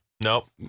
nope